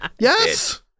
Yes